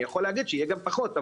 אני יכול להגיד שיהיה גם פחות,